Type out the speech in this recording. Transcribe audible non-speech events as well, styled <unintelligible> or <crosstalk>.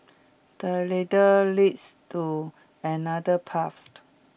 the ladder leads to another path <unintelligible>